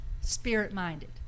spirit-minded